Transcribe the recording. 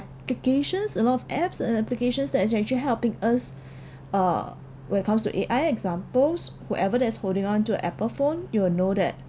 applications a lot of apps and applications that is actually helping us uh when it comes to A_I examples whoever that is holding onto apple phone you will know that